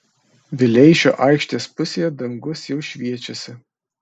vileišio aikštės pusėje dangus jau šviečiasi